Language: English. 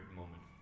moment